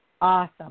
Awesome